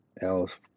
else